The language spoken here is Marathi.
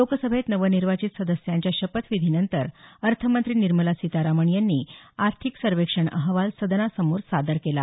लोकसभेत नवनिर्वाचित सदस्यांच्या शपथविधीनंतर अर्थमंत्री निर्मला सीतारामन यांनी आर्थिक सर्वेक्षण अहवाल सदनासमोर सादर केला